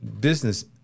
business